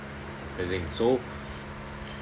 everything so